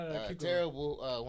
Terrible